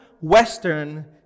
Western